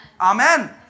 Amen